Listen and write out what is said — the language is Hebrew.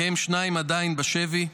מהם שניים עדיין בשבי,